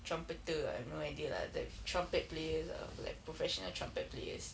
trumpeter ah I have no idea lah that trumpet players ah like professional trumpet players